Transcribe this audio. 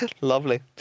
lovely